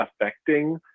affecting